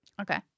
Okay